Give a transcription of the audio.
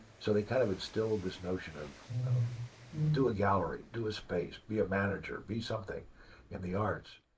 so they kind of instilled this notion of of do a gallery. do a space. be a manager. be something in the arts.